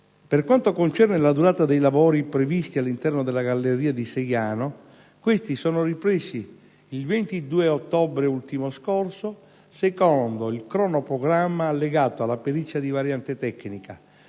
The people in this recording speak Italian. Per quanto concerne la durata dei lavori previsti all'interno della galleria di Seiano, questi sono ripresi il 22 ottobre ultimo scorso, secondo il cronoprogramma allegato alla perizia di variante tecnica.